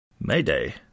Mayday